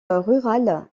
rurale